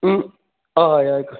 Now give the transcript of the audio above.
हय हय हय